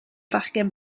fachgen